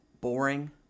boring